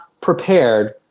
prepared